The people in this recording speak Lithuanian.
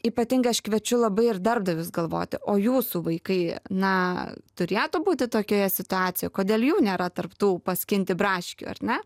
ypatingai aš kviečiu labai ir darbdavius galvoti o jūsų vaikai na turėtų būti tokioje situacijoj kodėl jų nėra tarp tų paskinti braškių ar ne